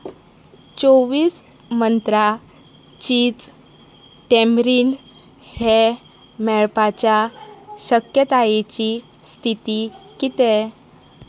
चोवीस Mantra cheese tamarind हें मेळपाच्या शक्यतायेची स्थिती कितें